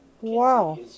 Wow